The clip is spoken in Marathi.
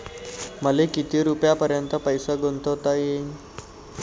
मले किती रुपयापर्यंत पैसा गुंतवता येईन?